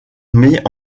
met